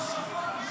ההסתייגות לא